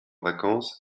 vacances